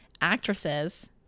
actresses